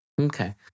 Okay